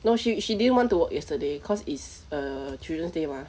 no she she didn't want to work yesterday cause it's err children's day mah